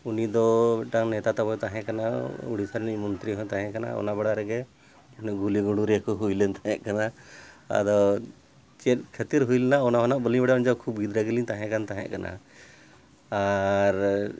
ᱩᱱᱤᱫᱚ ᱢᱤᱫᱴᱟᱝ ᱱᱮᱛᱟ ᱛᱟᱵᱚᱭ ᱛᱟᱦᱮᱸ ᱠᱟᱱᱟ ᱩᱲᱤᱥᱥᱟ ᱨᱤᱱᱤᱡ ᱢᱚᱱᱛᱨᱤ ᱦᱚᱸᱭ ᱛᱟᱦᱮᱸ ᱠᱟᱱᱟ ᱚᱱᱟ ᱵᱟᱲᱟ ᱨᱮᱜᱮ ᱜᱩᱞᱤ ᱜᱩᱰᱩᱨᱤᱭᱟᱹ ᱠᱚ ᱦᱩᱭ ᱞᱮᱱ ᱛᱟᱦᱮᱸ ᱠᱟᱱᱟ ᱟᱫᱚ ᱪᱮᱫ ᱠᱷᱟᱹᱛᱤᱨ ᱦᱩᱭ ᱞᱮᱱᱟ ᱚᱱᱟᱢᱟ ᱱᱟᱦᱟᱸᱜ ᱵᱟᱹᱞᱤᱧ ᱵᱟᱲᱟᱭᱟ ᱩᱱ ᱡᱚᱦᱚᱜ ᱠᱷᱩᱵ ᱜᱤᱫᱽᱨᱟᱹ ᱜᱮᱞᱤᱧ ᱛᱟᱦᱮᱸ ᱠᱟᱱ ᱛᱟᱦᱮᱸ ᱠᱟᱱᱟ ᱟᱨ